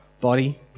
Body